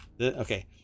okay